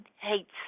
hates